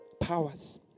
powers